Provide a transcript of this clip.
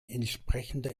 entsprechender